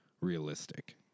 realistic